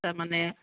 তাৰমানে